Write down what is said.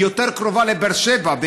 היא יותר קרובה לבאר שבע,